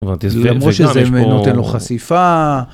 ... למרות שזה נותן לו חשיפה.